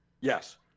Yes